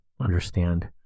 understand